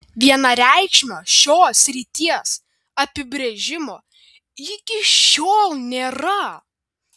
vienareikšmio šios srities apibrėžimo iki šiol nėra